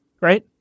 right